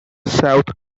south